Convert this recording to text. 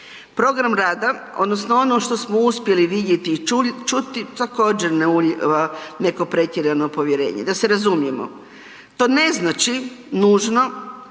Program rada odnosno ono što smo uspjeli vidjeti i čuti također ne ulijeva neko pretjerano povjerenje. Da se razumijemo, to ne znači nužno